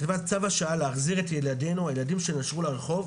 היא כתבה: "צו השעה להחזיר את ילדינו הילדים שנשרו לרחוב,